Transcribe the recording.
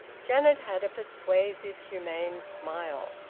janet had a persuasive humane smile.